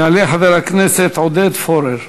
יעלה חבר הכנסת עודד פורר,